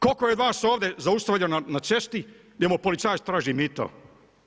Koliko je vas ovdje zaustavljeno na cesti gdje mu policajac traži mito?